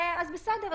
אז בסדר,